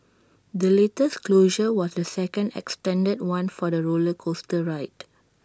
the latest closure was the second extended one for the roller coaster ride